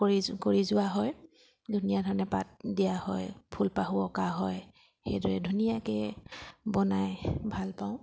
কৰি কৰি যোৱা হয় ধুনীয়া ধৰণে পাত দিয়া হয় ফুলপাহো অঁকা হয় সেইদৰে ধুনীয়াকৈ বনাই ভালপাওঁ